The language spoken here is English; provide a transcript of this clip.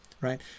right